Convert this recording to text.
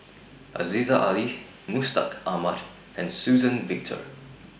Aziza Ali Mustaq Ahmad and Suzann Victor